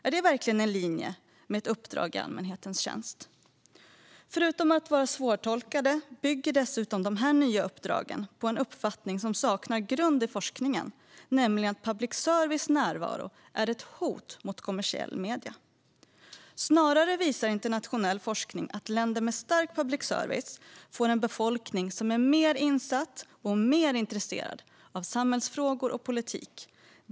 Är det verkligen i linje med ett uppdrag i allmänhetens tjänst? Förutom att vara svårtolkade bygger dessa nya uppdrag dessutom på en uppfattning som saknar grund i forskningen: att public services närvaro är ett hot mot kommersiella medier. Snarare visar internationell forskning att länder med stark public service får en befolkning som är mer insatt och mer intresserad av samhällsfrågor och politik.